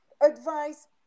advice